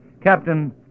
Captain